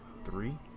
Three